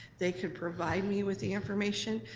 they could provide me with the information.